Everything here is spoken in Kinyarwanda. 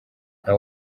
nta